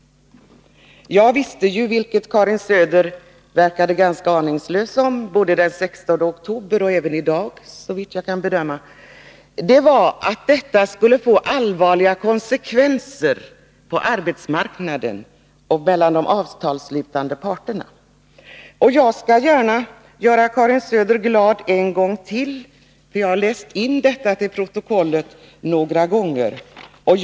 Jag visste ju, vilket Karin Söder verkade ganska aningslös om den 16 oktober 1980, och även i dag, såvitt jag kan bedöma, att detta skulle få allvarliga konsekvenser på arbetsmarknaden och mellan de avtalsslutande parterna. Jag skall gärna göra Karin Söder glad en gång till — jag har läst in detta till protokollet några gånger förut.